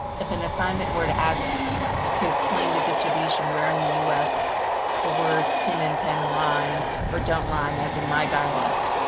if an assignment were to ask to explain the distribution where in the us the words pin in pen rhyme, or don't rhyme as in my dialect,